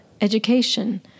education